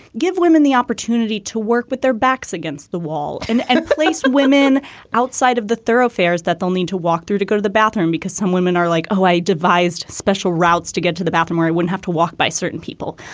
give women the opportunity to work with their backs against the wall and and placed women outside of the thoroughfares that they'll need to walk through to go to the bathroom, because some women are like, oh, i devised special routes to get to the bathroom where i wouldn't have to walk by certain people.